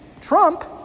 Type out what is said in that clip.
Trump